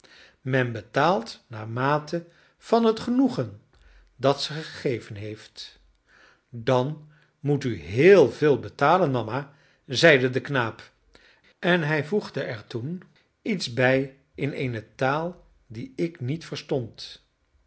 men betaalt naarmate van het genoegen dat ze gegeven heeft dan moet u heel veel betalen mama zeide de knaap en hij voegde er toen iets bij in eene taal die ik niet verstond